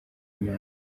imana